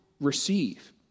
receive